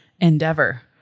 endeavor